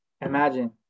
imagine